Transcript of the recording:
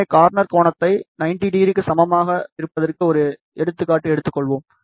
எனவே கார்னர் கோணத்தை 900 க்கு சமமாக இருப்பதற்கு ஒரு எடுத்துக்காட்டு எடுத்துக்கொள்வோம்